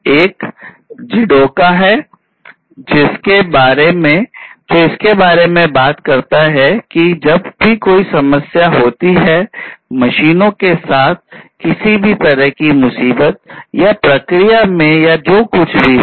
एक JIDOKA है जो इस बारे में बात करता है कि जब भी कोई समस्या होती है मशीनों के साथ किसी भी तरह की मुसीबत या प्रक्रिया में या जो कुछ भी हो